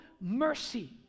mercy